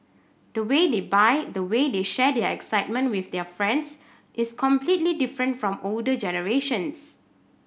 the way they buy the way they share their excitement with their friends is completely different from older generations